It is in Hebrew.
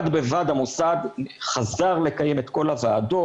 בד בבד המוסד חזר לקיים את כל הוועדות,